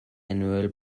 annual